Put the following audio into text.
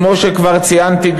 כמו שכבר ציינתי,